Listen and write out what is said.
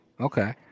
Okay